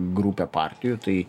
grupę partijų tai